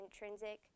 intrinsic